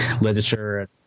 literature